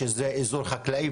שזה אזור חקלאי,